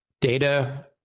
data